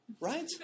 right